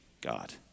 God